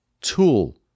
tool